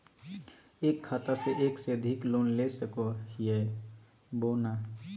एक खाता से एक से अधिक लोन ले सको हियय बोया नय?